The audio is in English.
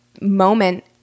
moment